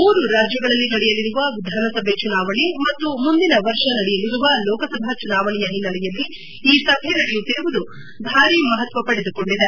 ಮೂರು ರಾಜ್ಯಗಳಲ್ಲಿ ನಡೆಯಲಿರುವ ವಿಧಾನಸಭೆ ಚುನಾವಣೆ ಮತ್ತು ಮುಂದಿನ ವರ್ಷ ನಡೆಯಲಿರುವ ಲೋಕಸಭಾ ಚುನಾವಣೆಯ ಹಿನ್ನೆಲೆಯಲ್ಲಿ ಈ ಸಭೆ ನಡೆಯುತ್ತಿರುವುದು ಭಾರಿ ಮಪತ್ವ ಪಡೆದುಕೊಂಡಿದೆ